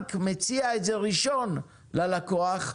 הבנק מציע את זה ראשון ללקוח,